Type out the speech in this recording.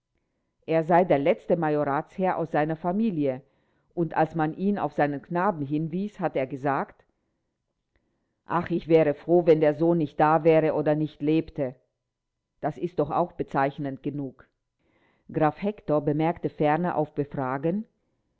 er sei der letzte majoratsherr aus seiner familie und als man ihn auf seinen knaben hinwies hat er gesagt ach ich wäre froh wenn der sohn nicht da wäre oder nicht lebte das ist doch auch bezeichnend genug graf hektor bemerkte ferner auf befragen